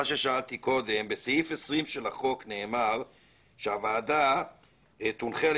בסעיף 20 של החוק נאמר שהוועדה תונחה על